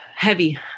Heavy